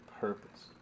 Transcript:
purpose